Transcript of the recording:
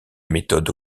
méthodes